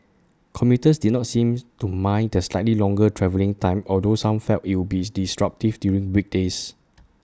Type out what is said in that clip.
commuters did not seem to mind the slightly longer travelling time although some felt IT would be disruptive during weekdays